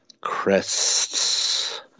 Crests